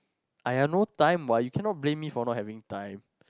!aiya! no time what you cannot blame me for not having time